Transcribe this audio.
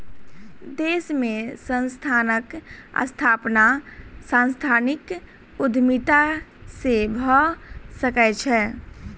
देश में संस्थानक स्थापना सांस्थानिक उद्यमिता से भअ सकै छै